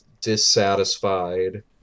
dissatisfied